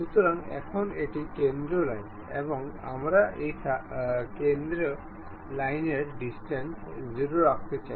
সুতরাং এখন এটি কেন্দ্র লাইন এবং আমরা এই কেন্দ্র লাইনের ডিসটেন্স 0 রাখতে চাই